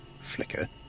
flicker